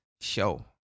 show